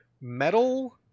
Metal